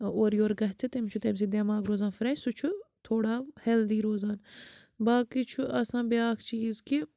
اورٕ یورٕ گژھِ تٔمِس چھُ تَمۍ سۭتۍ دٮ۪ماغ روزان فرٛٮ۪ش سُہ چھُ تھوڑا ہٮ۪لدی روزان باقٕے چھُ آسان بیٛاکھ چیٖز کہِ